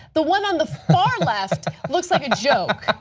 the one on the far left looks like a joke.